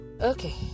okay